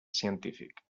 científic